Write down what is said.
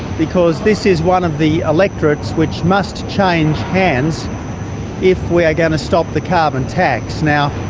because this is one of the electorates which must change hands if we are going to stop the carbon tax. now,